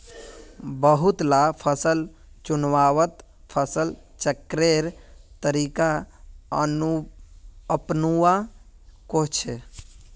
बहुत ला फसल चुन्वात फसल चक्रेर तरीका अपनुआ कोह्चे